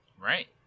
Right